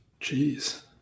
Jeez